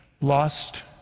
lost